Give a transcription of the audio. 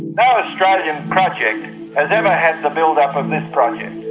no australian project has ever had the build-up of this project.